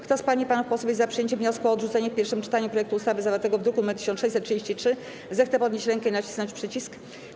Kto z pań i panów posłów jest za przyjęciem wniosku o odrzucenie w pierwszym czytaniu projektu ustawy zawartego w druku nr 1633, zechce podnieść rękę i nacisnąć przycisk.